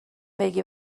بگی